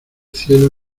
cielo